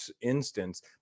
instance